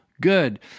good